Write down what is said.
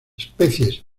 especias